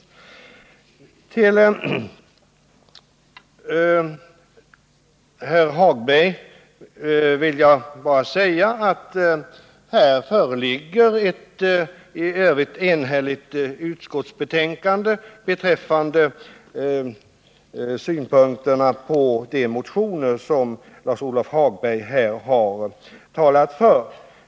Till herr Hagberg vill jag bara säga att utskottet f.ö. är enigt om synpunkterna på de motioner som han här har talat för.